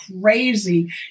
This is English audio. crazy